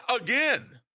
again